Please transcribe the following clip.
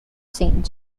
saint